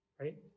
right